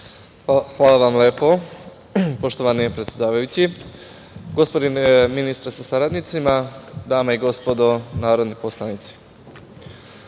Hvala vam lepo. Poštovani predsedavajući, gospodine ministre sa saradnicima, dame i gospodo narodni poslanici,